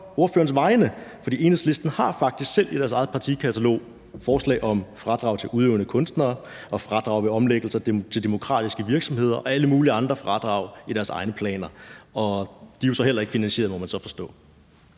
ordførerens vegne, for Enhedslisten har faktisk selv i deres eget partiprogram nogle forslag om fradrag til udøvende kunstnere og fradrag ved omlæggelse til demokratiske virksomheder og alle mulige andre fradrag, altså i deres egne planer, og de er jo så heller ikke finansieret, må man forstå.